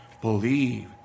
believe